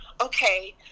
okay